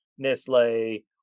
Nestle